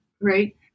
right